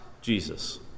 Jesus